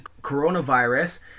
coronavirus